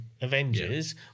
Avengers